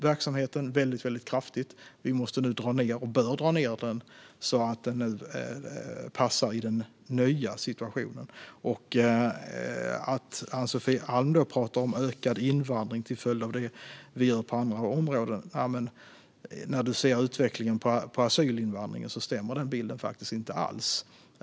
Verksamheten byggdes ut kraftigt, och den bör nu dras ned så att den passar i den nya situationen. Ann-Sofie Alm pratar om ökad invandring till följd av det som regeringen gör på andra områden, men om hon tittar på utvecklingen av asylinvandringen syns inte den bilden alls.